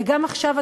וגם עכשיו,